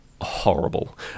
horrible